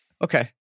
Okay